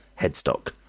headstock